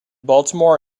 baltimore